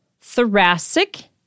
thoracic